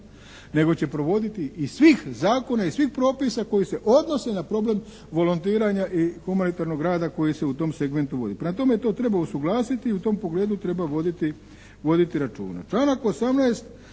nego će provoditi iz svih zakona, iz svih propisa koji se odnose na problem volontiranja i humanitarnog rada koji se u tom segmentu vodi. Prema tome to treba usuglasiti i u tom pogledu treba voditi,